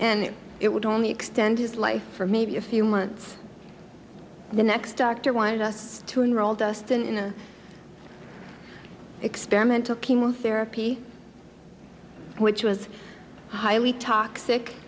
and it would only extend his life for maybe a few months the next doctor wanted us to enroll dustin in a experimental chemotherapy which was highly toxic